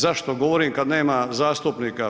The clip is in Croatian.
Zašto govorim kad nema zastupnika.